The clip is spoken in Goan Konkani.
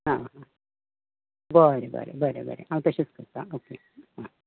आं बरे बरे हांव तशेंच करतां आं